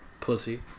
pussy